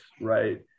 right